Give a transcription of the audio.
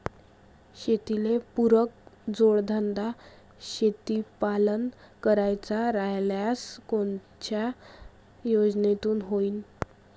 शेतीले पुरक जोडधंदा शेळीपालन करायचा राह्यल्यास कोनच्या योजनेतून होईन?